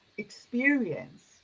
experience